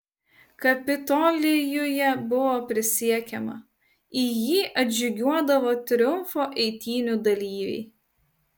kapitolijuje buvo prisiekiama į jį atžygiuodavo triumfo eitynių dalyviai